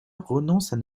renoncent